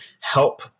help